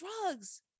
drugs